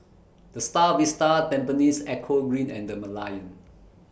The STAR Vista Tampines Eco Green and The Merlion